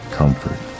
comfort